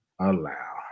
allow